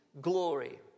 glory